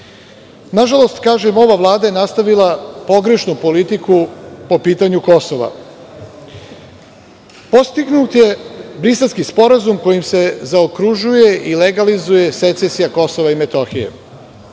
nažalost, kažem ova Vlada je nastavila pogrešnu politiku po pitanju Kosova. Postignut je Briselski sporazum kojim se zaokružuje i legalizuje secesija Kosova i Metohije.